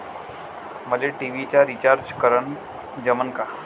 मले टी.व्ही चा रिचार्ज करन जमन का?